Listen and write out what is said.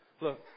look